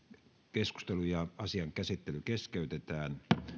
keskustelu ja asian käsittely keskeytetään